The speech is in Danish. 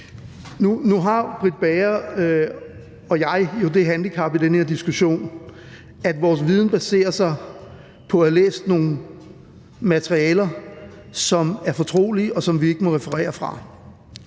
Nu har Britt Bager og jeg jo det handicap i den her diskussion, at vores viden baserer sig på at have læst nogle materialer, som er fortrolige, og som vi ikke må referere fra,